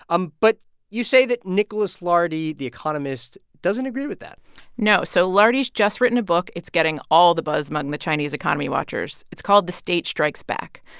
um but you say that nicholas lardy, the economist, doesn't agree with that no. so lardy has just written a book. it's getting all the buzz among the chinese economy-watchers. it's called the state strikes back.